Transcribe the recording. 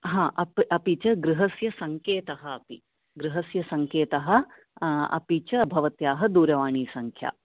हां अप् अपि च गृहस्य सङ्केतः अपि गृहस्य सङ्केतः अपि च भवत्याः दूरवाणीसंख्या